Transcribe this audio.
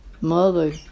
Mother